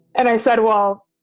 and i said, well,